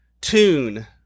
tune